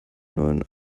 neuen